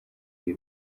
iyi